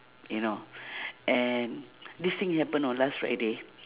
you know and this thing happen on last friday